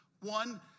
One